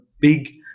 big